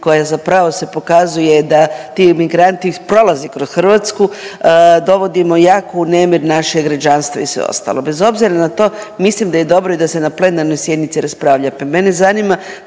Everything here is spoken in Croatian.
koja je zapravo se pokazuje da ti migranti prolaze kroz Hrvatsku, dovodimo jako u nemir naše građanstvo i sve ostalo. Bez obzira na to, mislim da je dobro da se i na plenarnoj sjednici raspravlja,